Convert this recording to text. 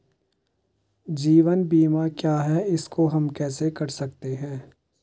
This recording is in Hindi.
जीवन बीमा क्या है इसको हम कैसे कर सकते हैं?